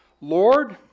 Lord